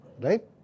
Right